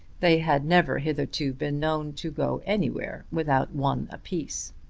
they had never hitherto been known to go anywhere without one apiece.